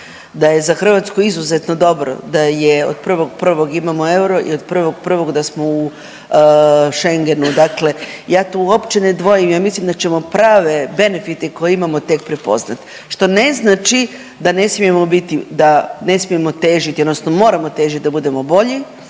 da je za Hrvatsku izuzetno dobro da je od 1.1. imamo euro i od 1.1. da smo i od 1.1. da smo u Schengenu, dakle ja tu uopće ne dvojim, ja mislim da ćemo prave benefite koje imamo tek prepoznat, što ne znači da ne smijemo biti, da ne smijemo težiti odnosno moramo težit da budemo bolji,